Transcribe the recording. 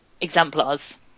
exemplars